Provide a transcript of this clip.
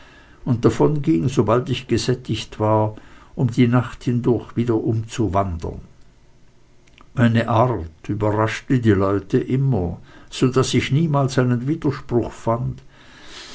und davonging sobald ich gesättigt war um die nacht hindurch wiederum zu wandern meine art überraschte die leute immer so daß ich niemals einen widerspruch fand